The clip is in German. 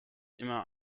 immer